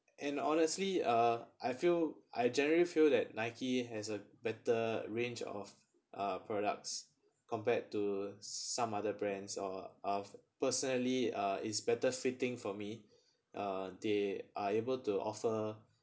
and honestly uh I feel I generally feel that Nike has a better range of uh products compared to some other brands or of personally uh it's better fitting for me uh they are able to offer